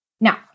Now